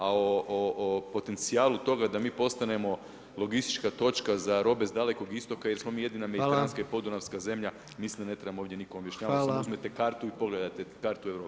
A o potencijalu toga da mi postanemo logistička točka za robe sa Dalekog Istoka jer smo mi jedina mediteranska i podunavska zemlja mislim da ne trebam ovdje nikome objašnjavat, samo uzmete kartu i pogledate kartu Europe.